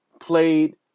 played